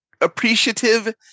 appreciative